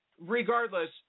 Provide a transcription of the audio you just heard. Regardless